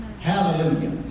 Hallelujah